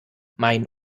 mein